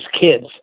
kids